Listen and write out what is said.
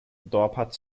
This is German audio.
dorpat